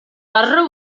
barru